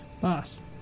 Boss